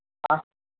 हा